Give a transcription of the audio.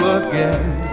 again